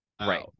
right